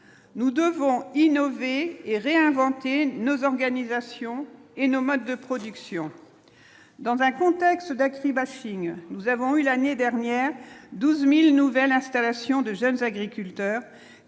nous devons innover et réinventer nos organisations et nos modes de production, dans un contexte d'agribashing nous avons eu l'année dernière 12000 nouvelles installations de jeunes agriculteurs